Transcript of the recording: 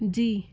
जी